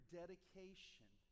dedication